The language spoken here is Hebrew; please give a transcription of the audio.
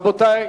רבותי,